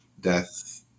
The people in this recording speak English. death